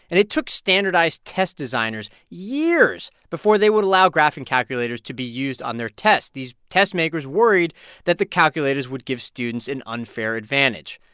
and it took standardized test designers years before they would allow graphing calculators to be used on their tests. these test makers worried that the calculators would give students an unfair advantage.